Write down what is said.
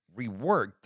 reworked